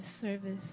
service